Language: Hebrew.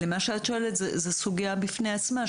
מה שאת שואלת זו סוגיה בפני עצמה,